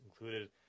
included